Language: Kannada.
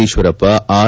ಈಶ್ವರಪ್ಪ ಆರ್